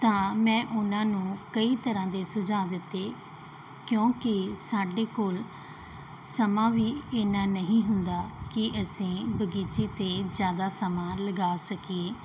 ਤਾਂ ਮੈਂ ਉਹਨਾਂ ਨੂੰ ਕਈ ਤਰ੍ਹਾਂ ਦੇ ਸੁਝਾਅ ਦਿੱਤੇ ਕਿਉਂਕਿ ਸਾਡੇ ਕੋਲ ਸਮਾਂ ਵੀ ਐਨਾ ਨਹੀਂ ਹੁੰਦਾ ਕਿ ਅਸੀਂ ਬਗੀਚੇ 'ਤੇ ਜ਼ਿਆਦਾ ਸਮਾਂ ਲਗਾ ਸਕੀਏ